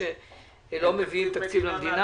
שלא מביאים תקציב למדינה?